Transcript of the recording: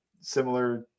similar